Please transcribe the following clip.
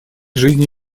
жизни